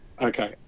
Okay